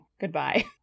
Goodbye